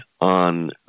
on